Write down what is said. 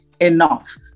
enough